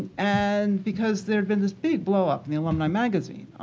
and because there'd been this big blowup the alumni magazine,